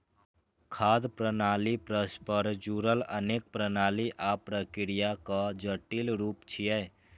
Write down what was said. खाद्य प्रणाली परस्पर जुड़ल अनेक प्रणाली आ प्रक्रियाक जटिल रूप छियै